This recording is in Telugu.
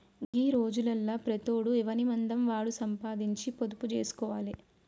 గీ రోజులల్ల ప్రతోడు ఎవనిమందం వాడు సంపాదించి పొదుపు జేస్కోవాలె